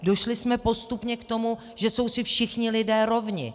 Došli jsme postupně k tomu, že jsou si všichni lidé rovni.